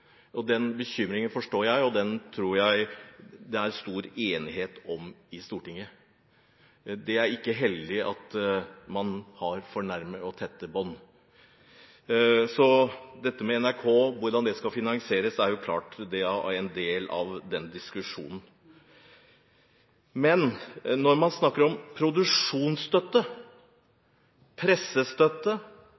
Medie-Norge. Den bekymringen forstår jeg, og den tror jeg det er stor enighet om i Stortinget. Det er ikke heldig at man har for nære og tette bånd. Dette med NRK, hvordan det skal finansieres, er jo klart en del av den diskusjonen. Men når man snakker om produksjonsstøtte,